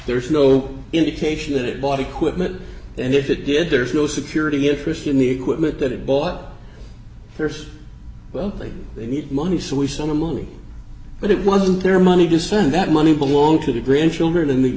there's no indication that it bought equipment and if it did there's no security interest in the equipment that it bought there's well they need money so we saw the money but it wasn't their money to send that money belonged to the grandchildren and the